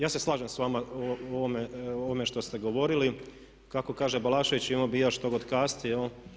Ja se slažem s vama o ovome što ste govorili, kako kaže Balašević, imao bih i ja štogod kazati.